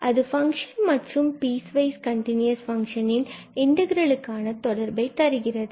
அது ஃபங்ஷன் மற்றும் piece wise continuous function இன் இன்டகிரலுக்கான தொடர்பை தருகிறது